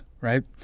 right